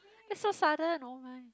that's so sudden oh my